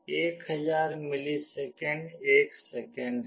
1000 millisecond 1 second है